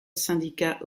syndicat